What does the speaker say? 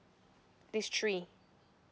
this three